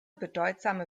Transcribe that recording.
bedeutsame